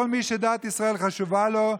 כל מי שדת ישראל חשובה לו,